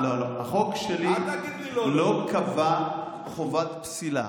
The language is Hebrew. לא, לא, החוק שלי לא קבע חובת פסילה.